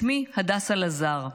שמי הדסה לזר.